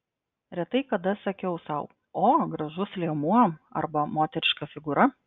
retai kada sakiau sau o gražus liemuo arba moteriška figūra